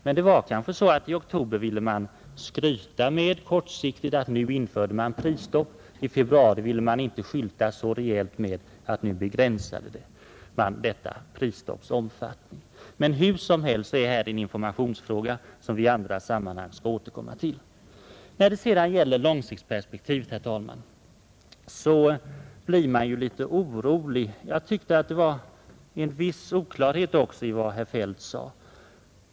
Men det var kanske så att i oktober ville man skryta kortsiktigt med att nu infördes prisstopp — i februari ville man inte skylta så rejält med att nu begränsade man detta prisstopps omfattning. Hur som helst är detta en informationsfråga som vi i andra sammanhang skall återkomma till. När det sedan gäller långsiktsperspektivet, herr talman, blir man litet orolig. Det var en viss oklarhet i vad herr Feldt sade.